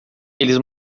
eles